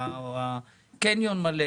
והקניון מלא